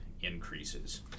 increases